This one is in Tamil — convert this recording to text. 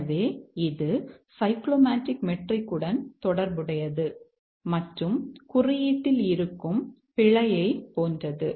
எனவே இது சைக்ளோமேடிக் மெட்ரிக்குடன் தொடர்புடையது மற்றும் குறியீட்டில் இருக்கும் பிழையைப் போன்றது